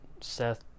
Seth